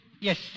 Yes